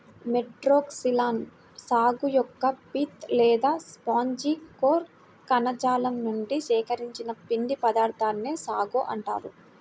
Metroxylon సాగు యొక్క pith లేదా స్పాంజి కోర్ కణజాలం నుండి సేకరించిన పిండి పదార్థాన్నే సాగో అంటారు